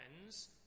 friends